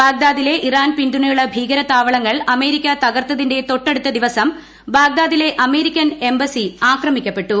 ബാഗ്ദാദിലെ Iran പിന്തുണയുള്ള ഭീകരതാവളങ്ങൾ America തൃകർത്തതിന്റെ തൊട്ടടുത്ത ദിവസം ബാഗ്ദാദിലെ അഭ്മേരിക്കൻ എംബസി ആക്രമിക്കപ്പെട്ടു